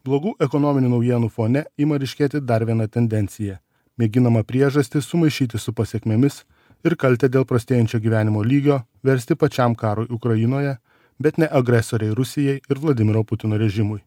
blogų ekonominių naujienų fone ima ryškėti dar viena tendencija mėginama priežastis sumaišyti su pasekmėmis ir kaltę dėl prastėjančio gyvenimo lygio versti pačiam karui ukrainoje bet ne agresorei rusijai ir vladimiro putino režimui